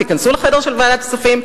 תיכנסו לחדר של ועדת הכספים,